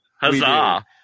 Huzzah